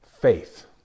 Faith